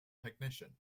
technician